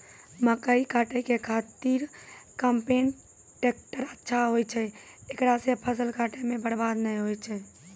मकई काटै के खातिर कम्पेन टेकटर अच्छा होय छै ऐकरा से फसल काटै मे बरवाद नैय होय छै?